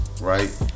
right